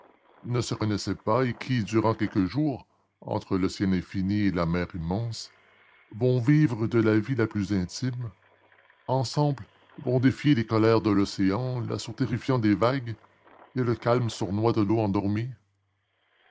ne se connaissaient pas et qui durant quelques jours entre le ciel infini et la mer immense vont vivre de la vie la plus intime ensemble vont défier les colères de l'océan l'assaut terrifiant des vagues la méchanceté des tempêtes et le calme sournois de l'eau endormie